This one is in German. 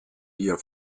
ihr